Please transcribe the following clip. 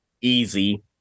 Easy